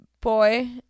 Boy